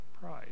pride